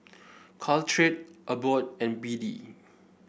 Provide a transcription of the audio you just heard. Caltrate Abbott and B D